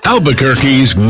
Albuquerque's